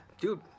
Dude